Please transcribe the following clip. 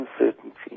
uncertainty